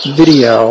video